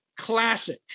classic